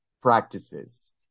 practices